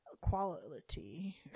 quality